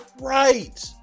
right